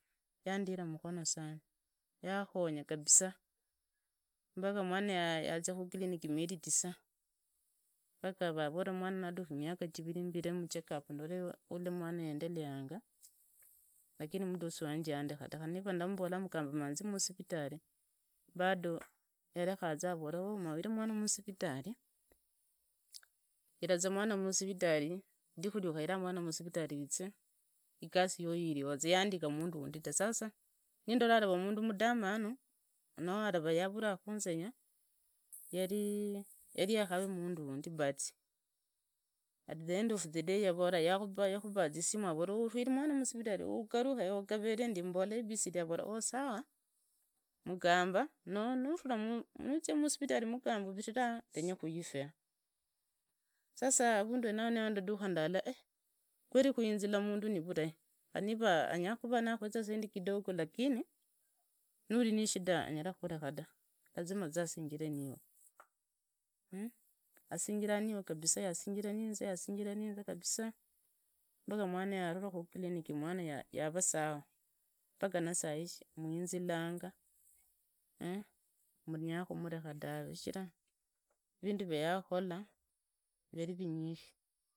Yandira makhono sana, yakhonya kabisaa, paka mwana yazia clinic mieri tisa paka nivavola mwana nadhuka miaka jiriri shire mucheck up valole khui mwana yaandeleanga, lakini mudosi wanje yandekha ta, khari niva ndambolanga mugamba manzi mwiritali, yarekha za avola ooh umauhire mwana musivitali, iva za mwana masivitali ridhikhu ukhaira mwana musivitali uize igasi yoyo irio za yaandika mundu wondi ta. Sasa nindola alavu mundu mutamanu yavulaa khunzenya yari akuvee mundu wundi but, at the end of the day yakhuraa isimu uhiri mwana musivitali ugarukhe ooh gareree ndi, mbule abod avore ooh sawasawa, mugambu nuzia musivitali manguntire ndenye nguikhe. Sasa avundu henao maandaduka nimbola eeh, kweri kuhinzila mundu nivulai, khari niva anyalakhukueza sendi kidogo lakini, nari nishida anyala kukhureka ta, asinjira niwe kabisa, paka mwanayo naruli khuclinic yarua sawa paka na sai mhuhinzilanga eeh, nyala khumulekha tawe, vindu via yakholla viari zindu vinyishi